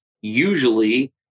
usually